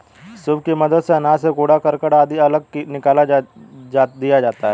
soup की मदद से अनाज से कूड़ा करकट आदि अलग निकाल दिया जाता है